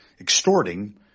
extorting